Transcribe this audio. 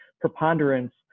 preponderance